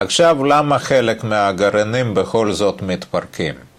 עכשיו, למה חלק מהגרעינים בכל זאת מתפרקים?